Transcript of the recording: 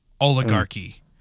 oligarchy